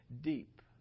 deep